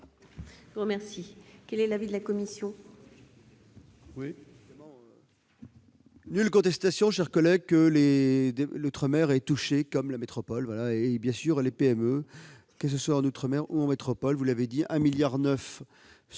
Quel est l'avis de la commission ?